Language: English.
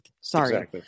Sorry